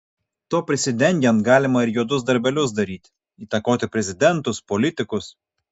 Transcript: tuo prisidengiant galima ir juodus darbelius daryti įtakoti prezidentus politikus